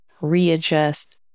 readjust